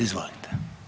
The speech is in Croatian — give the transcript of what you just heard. Izvolite.